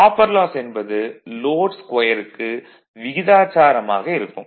copper loss என்பது load ஸ்கொயருக்கு விகிதாச்சாரமாக இருக்கும்